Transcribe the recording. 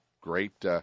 great